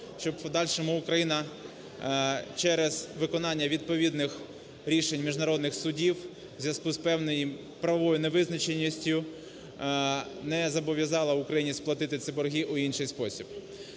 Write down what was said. щоб в подальшому Україна через виконання відповідних рішень міжнародних судів у зв'язку з певною правовою невизначеністю не зобов'язала Україні сплатити ці борги у інший спосіб.